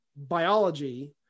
biology